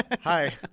Hi